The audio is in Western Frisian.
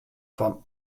fan